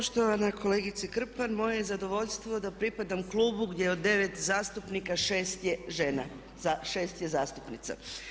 Poštovana kolegice Krpan, moje je zadovoljstvo da pripadam klubu gdje od 9 zastupnika 6 je žena, 6 je zastupnica.